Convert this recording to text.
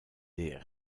des